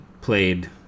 played